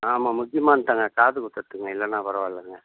ஆமாம் முக்கியமானதுதாங்க காது குத்துறத்துக்குங்க இல்லைன்னா பரவாயில்லங்க